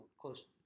close